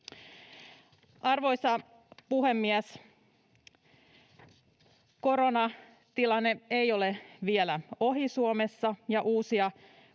Arvoisa puhemies! Koronatilanne ei ole vielä ohi Suomessa, ja uusia